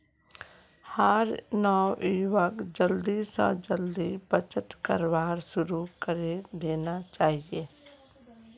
हर नवयुवाक जल्दी स जल्दी बचत करवार शुरू करे देना चाहिए